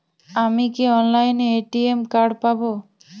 আমি কি অনলাইনে এ.টি.এম কার্ড পাব?